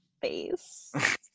face